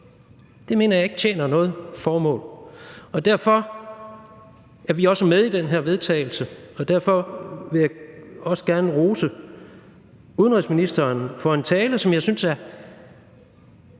Det mener jeg ikke tjener noget formål, og derfor er vi også med i det her forslag til vedtagelse, og derfor vil jeg også gerne rose udenrigsministeren for en tale, som jeg synes er